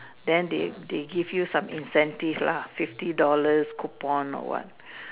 then they they give you some in cent is love fifty dollars coupon on one